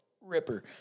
Ripper